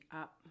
up